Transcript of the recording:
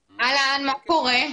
בבקשה.